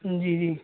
جی جی